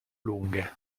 lunghe